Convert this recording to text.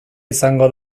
izango